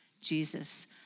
Jesus